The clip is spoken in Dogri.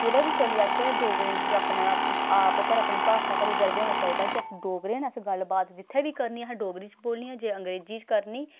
कुदै बी चली जाचै डोगरें गी अपना आप पर अपनी भाशा उप्पर गर्व होना चाहिदा कि अस डोगरे न अस गल्ल बात जित्थै बी करनी असें डोगरी च बोलनी जे अंग्रेजी च करनी